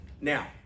Now